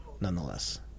nonetheless